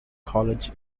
college